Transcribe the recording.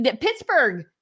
Pittsburgh